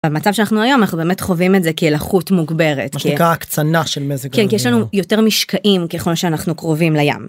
במצב שאנחנו היום, אנחנו באמת חווים את זה כלחות מוגברת. מה שנקרא הקצנה של מזג האויר. כן, כי יש לנו יותר משקעים ככל שאנחנו קרובים לים.